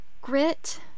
Grit